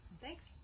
Thanks